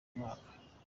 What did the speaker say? mwaka